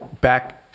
back